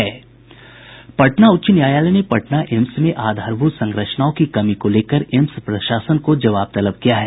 पटना उच्च न्यायालय ने पटना एम्स में आधारभूत संरचनाओं की कमी को लेकर एम्स प्रशासन को जवाब तलब किया है